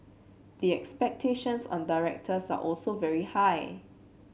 the expectations on directors are also very high